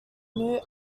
new